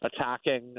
attacking